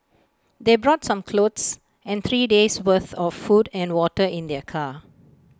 they brought some clothes and three days' worth of food and water in their car